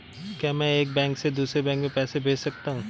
क्या मैं एक बैंक से दूसरे बैंक में पैसे भेज सकता हूँ?